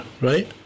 Right